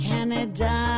Canada